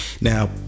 Now